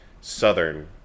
southern